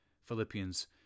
Philippians